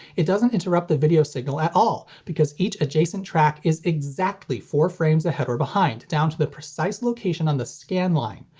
it doesn't interrupt the video signal at all because each adjacent track is exactly four frames ahead or behind, down to the precise location on the scanline.